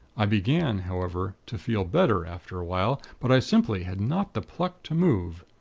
i began, however, to feel better, after a while but i simply had not the pluck to move.